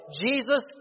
Jesus